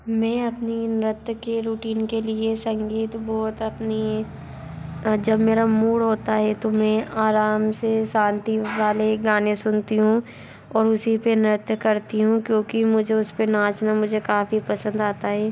मैं अपनी नृत्य के रूटीन के लिए संगीत बहुत अपनी जब मेरा मूड़ होता हे तो मैं आराम से शांति वाले गाने सुनती हूँ और उसी पे नृत्य करती हूँ क्योंकि मुझे उसपे नाचना मुझे काफ़ी पसंद आता हे